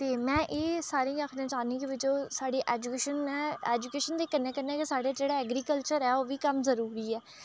ते में एह् सारें गी आखना चाह्न्नीं आं कि भई जो साढ़ी ऐजूकेशन ऐ ऐजूकेशन दे कन्नै कन्नै गै साढ़ा जेह्ड़ा ऐग्रीकल्चर ऐ ओह् बी कम्म जरुरी ऐ